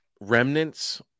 remnants